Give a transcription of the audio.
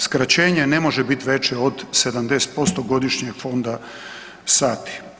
Skraćenje ne može biti veće od 70% godišnjeg fonda sati.